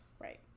Right